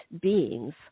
beings